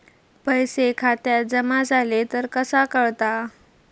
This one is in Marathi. पैसे खात्यात जमा झाले तर कसा कळता?